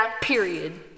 period